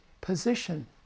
position